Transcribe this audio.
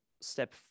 step